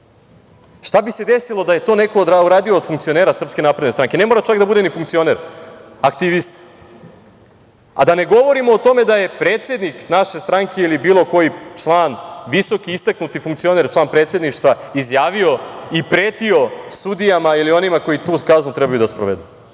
Šta bi se desilo da je to neko uradio od funkcionera SNS? Ne mora čak ni da bude funkcioner, aktivista, a da ne govorimo o tome da je predsednik naše stranke ili bilo koji član visoki, istaknuti funkcioner, član predsedništva izjavio i pretio sudijama ili onim koji tu kaznu trebaju da sprovedu. Ja